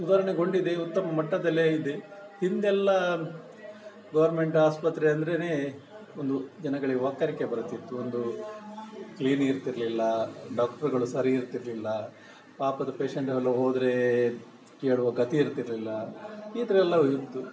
ಸುದಾರಣೆಗೊಂಡಿದೆ ಉತ್ತಮ ಮಟ್ಟದಲ್ಲೇ ಇದೆ ಹಿಂದೆಲ್ಲ ಗೌರ್ಮೆಂಟ್ ಆಸ್ಪತ್ರೆ ಅಂದರೇನೆ ಒಂದು ಜನಗಳಿಗೆ ವಾಕರಿಕೆ ಬರ್ತಿತ್ತು ಒಂದೂ ಕ್ಲೀನ್ ಇರ್ತಿರಲಿಲ್ಲ ಡಾಕ್ಟ್ರುಗಳು ಸರಿ ಇರ್ತಿರಲಿಲ್ಲ ಪಾಪದ ಪೇಶೆಂಟ್ಗಳು ಹೋದರೆ ಕೇಳುವ ಗತಿ ಇರ್ತಿರಲಿಲ್ಲ ಈ ಥರ ಎಲ್ಲಇತ್ತು